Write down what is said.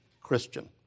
Christian